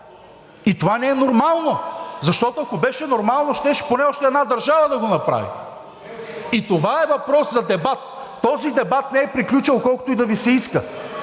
И това не е нормално, защото, ако беше нормално, щеше поне още една държава да го направи. И това е въпрос за дебат. Този дебат не е приключил, колкото и да Ви се иска.